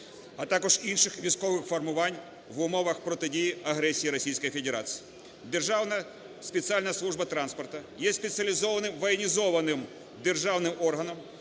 а також інших військових формувань в умовах протидії агресії Російської Федерації. Державна спеціальна служба транспорту є спеціалізованим воєнізованим державним органом,